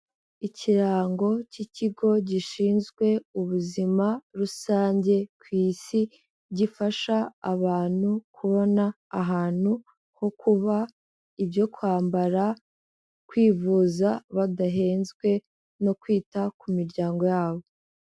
Ikirango cy'ikigo gishinzwe ubuzima rusange ku Isi, gifasha abantu kubona ahantu ho kuba, ibyo kwambara, kwivuza badahenzwe no kwita ku miryango yabo.